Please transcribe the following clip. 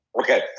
okay